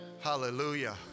Hallelujah